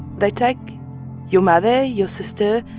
they take your mother, your sister,